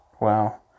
Wow